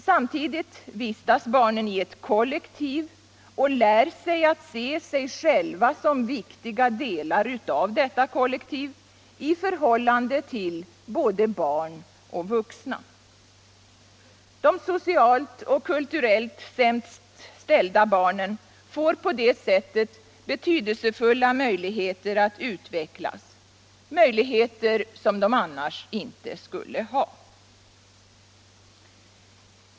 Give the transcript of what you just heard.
Samtidigt vistas barnen i ett kollektiv och lär sig att se sig själva som viktiga delar av detta kollektiv i förhållande till både barn och vuxna. De socialt och kuhurellt sämst ställda barnen får på det sättet betydelsefulla möjligheter att utvecklas — möjligheter som de annars inte skulle ha.